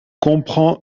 comprend